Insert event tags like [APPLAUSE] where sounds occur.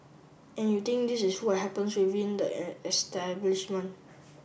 and you think this is what happens within the [HESITATION] establishment